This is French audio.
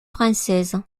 française